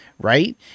right